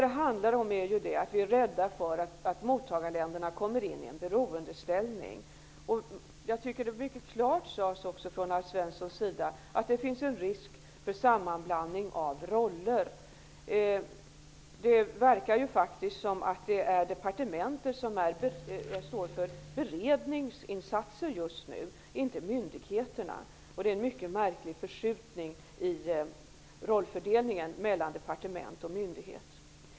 Det handlar om att vi är rädda för att mottagarländerna hamnar i en beroendeställning. Alf Svensson sade också mycket klart att det finns en risk för sammanblandning av roller. Det verkar faktiskt som att det är departementet och inte myndigheterna som står för beredningsinsatserna just nu. Det är en mycket märklig förskjutning i rollfördelningen mellan departement och myndighet.